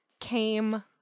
came